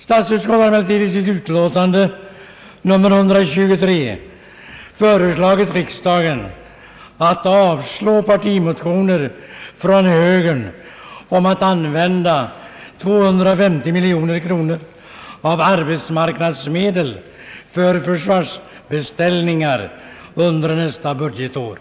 Statsutskottet har i sitt utlåtande nr 123 föreslagit riksdagen att avslå partimotioner från högern om att använda 250 miljoner kronor av arbetsmarknadsmedel för försvarsbeställningar under nästa budgetår.